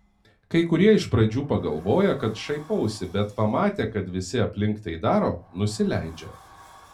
kai kurie iš pradžių pagalvoja kad šaipausi bet pamatę kad visi aplink tai daro nusileidžia